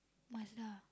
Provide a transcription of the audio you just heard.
Mazda